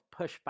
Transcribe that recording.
pushback